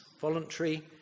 voluntary